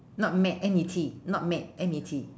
not met M E T not met M E T